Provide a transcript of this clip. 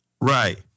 Right